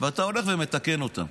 ואתה הולך ומתקן אותן.